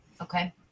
Okay